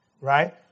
right